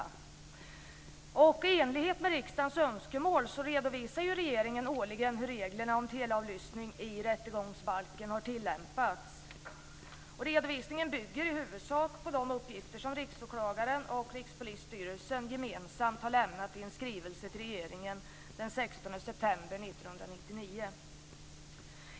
I enlighet med riksdagens önskemål redovisar regeringen årligen hur reglerna om teleavlyssning i rättegångsbalken har tillämpats. Redovisningen bygger i huvudsak på de uppgifter som Riksåklagaren och Rikspolisstyrelsen gemensamt har lämnat i en skrivelse till regeringen den 16 september 1999.